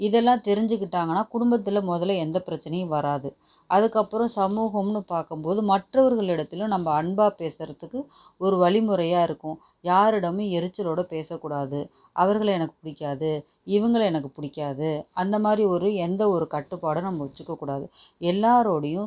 இதெல்லாம் தெரிஞ்சிக்கிட்டாங்கன்னால் குடும்பத்தில் முதல எந்த பிரச்சினையும் வராது அதுக்கப்புறம் சமூகம்னு பாக்கும் போது மற்றவர்களிடத்தில் நம்ம அன்பாக பேசுகிறதுக்கு ஒரு வழிமுறையாக இருக்கும் யாரிடமும் எரிச்சலோடு பேசக்கூடாது அவர்களை எனக்கு பிடிக்காது இவங்களை எனக்கு பிடிக்காது அந்த மாதிரி ஒரு எந்த ஒரு கட்டுப்பாடும் நம்ம வச்சுக்க கூடாது எல்லாரோடையும்